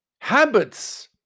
habits